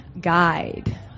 guide